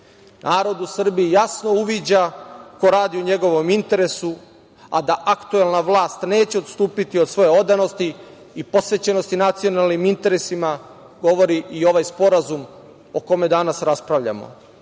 u Srbiji jasno uviđa ko radi u njegovom interesu, a da aktuelna vlast neće odstupiti od svoje odanosti i posvećenosti nacionalnim interesima govori i ovaj Sporazum o kome danas raspravljamo. Napominjući